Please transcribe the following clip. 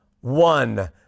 one